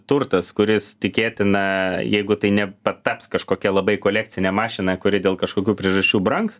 turtas kuris tikėtina jeigu tai nepataps kažkokia labai kolekcine mašina kuri dėl kažkokių priežasčių brangs